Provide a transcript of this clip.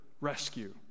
rescue